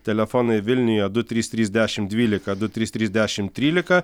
telefonai vilniuje du trys trys dešim dvylika du trys trys dešim trylika